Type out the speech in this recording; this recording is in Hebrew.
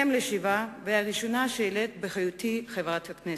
אם לשבעה, והראשונה שתלד בהיותה חברת הכנסת.